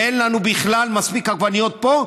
ואין לנו בכלל מספיק עגבניות פה,